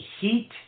heat